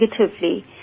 negatively